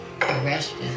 arrested